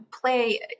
play